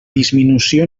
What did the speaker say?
disminució